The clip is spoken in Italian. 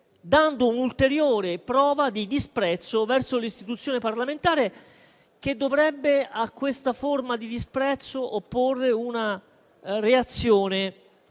dando un'ulteriore prova di disprezzo verso l'istituzione parlamentare che, a questa forma di disprezzo, dovrebbe opporre una reazione